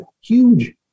huge